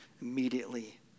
immediately